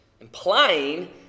implying